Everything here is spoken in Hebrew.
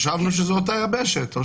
חשבנו שזו אותה יבשת.